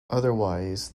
otherwise